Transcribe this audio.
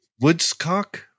woodcock